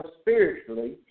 spiritually